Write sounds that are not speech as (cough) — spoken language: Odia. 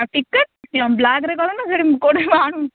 ଆଉ ଟିକେଟ୍ (unintelligible) କରୁନ ସେଠି କୋଉଠି ମୁଁ ଆଣୁନ